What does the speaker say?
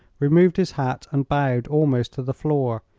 removed his hat and bowed almost to the floor,